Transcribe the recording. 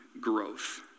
growth